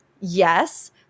yes